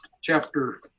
chapter